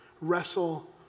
Wrestle